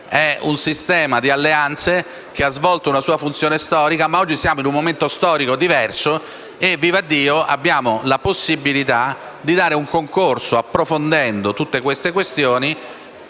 di un sistema di alleanze che ha svolto la sua funzione storica, ma oggi siamo in un momento storico diverso e - vivaddio! - abbiamo la possibilità di concorrere, approfondendo tutte le questioni,